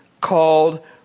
called